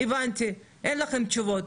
הבנתי, אין לכם תשובות.